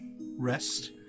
rest